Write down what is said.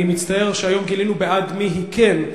אני מצטער שהיום גילינו בעד מי היא כן,